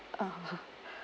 uh